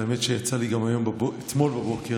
והאמת שיצא לי גם אתמול בבוקר,